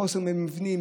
בחוסר מבנים,